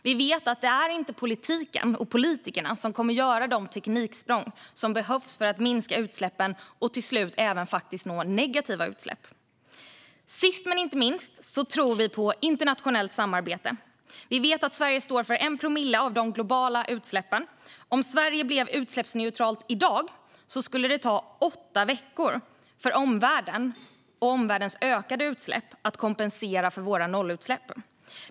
Vi vet att det inte är politiken och politikerna som kommer att göra de tekniksprång som behövs för att minska utsläppen och till slut nå negativa utsläpp. Sist men inte minst tror vi på internationellt samarbete. Vi vet att Sverige står för 1 promille av de globala utsläppen. Om Sverige blev utsläppsneutralt i dag skulle det ta åtta veckor för omvärlden att med sina ökade utsläpp kompensera för våra nollutsläpp.